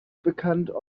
bekannt